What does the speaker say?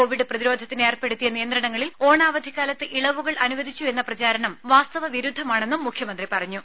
Covid പ്രതിരോധത്തിന് ഏർപ്പെടുത്തിയ നിയന്ത്രണങ്ങളിൽ ഓണാവധിക്കാലത്ത് ഇളവുകൾ അനുവദിച്ചു എന്ന പ്രചാരണം വാസ്തവവിരുദ്ധമാണെന്നും മുഖ്യമന്ത്രി പറഞ്ഞു